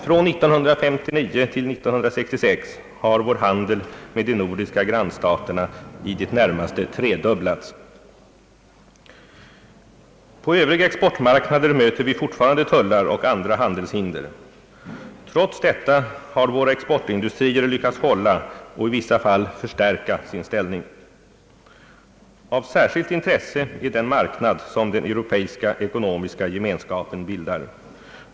Från 1959 till 1966 har vår handel med de nordiska grannstaterna i det närmaste tredubblats. På övriga exportmarknader möter vi fortfarande tullar och andra handelshinder. Trots detta har våra exportin dustrier lyckats hålla och i vissa fall förstärka sin ställning. Av särskilt intresse är den marknad som den europeiska ekonomiska gemenskapen bildar.